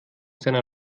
seiner